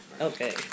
Okay